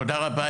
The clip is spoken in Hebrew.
תודה רבה,